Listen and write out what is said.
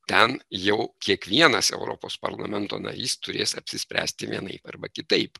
ten jau kiekvienas europos parlamento narys turės apsispręsti vienaip arba kitaip